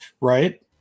Right